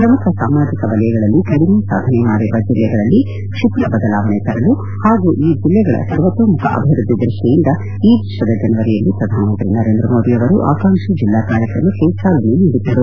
ಪ್ರಮುಖ ಸಾಮಾಜಿಕ ವಲಯಗಳಲ್ಲಿ ಕಡಿಮೆ ಸಾಧನೆ ಮಾಡಿರುವ ಜಲ್ಲೆಗಳಲ್ಲಿ ಕ್ಷಿಪ್ರ ಬದಲಾವಣೆ ತರಲು ಹಾಗೂ ಈ ಜಿಲ್ಲೆಗಳ ಸರ್ವತೋಮುಖ ಅಭಿವೃದ್ಧಿ ದೃಷ್ಟಿಯಿಂದ ಈ ವರ್ಷದ ಜನವರಿಯಲ್ಲಿ ಪ್ರಧಾನಮಂತ್ರಿ ನರೇಂದ್ರ ಮೋದಿ ಅವರು ಆಕಾಂಕ್ಷಿ ಜೆಲ್ಲಾ ಕಾರ್ಯಕ್ರಮಕ್ಕೆ ಚಾಲನೆ ನೀಡಿದ್ದರು